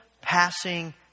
passing